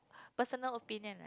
personal opinion